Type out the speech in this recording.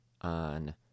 on